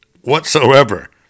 whatsoever